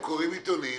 הם קוראים עיתונים,